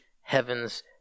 heaven's